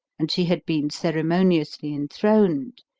and she had been ceremoniously enthroned,